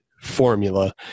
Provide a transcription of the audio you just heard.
formula